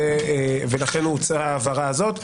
לכן הוצעה ההבהרה הזאת.